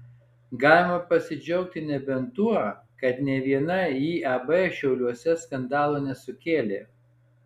galima pasidžiaugti nebent tuo kad nė viena iab šiauliuose skandalo nesukėlė